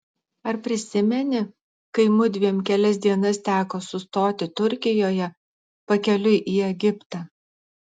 ar prisimeni kai mudviem kelias dienas teko sustoti turkijoje pakeliui į egiptą